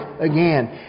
again